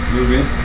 Moving